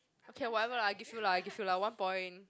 okay whatever lah I give you lah I give you lah one point